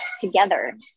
together